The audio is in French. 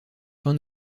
fin